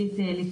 בוקר טוב לכולם.